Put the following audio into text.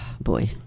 boy